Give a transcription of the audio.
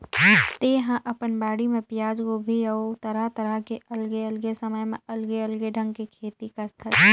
तेहा अपन बाड़ी म पियाज, गोभी अउ तरह तरह के अलगे अलगे समय म अलगे अलगे ढंग के खेती करथस